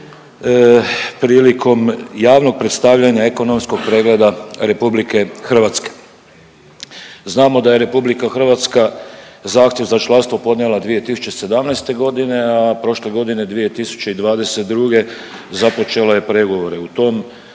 prilikom javnog predstavljanja ekonomskog pregleda Republike Hrvatske. Znamo da je Republika Hrvatska zahtjev za članstvo podnijela 2017. godine, a prošle godine 2022. započela je pregovore.